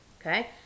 Okay